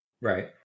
Right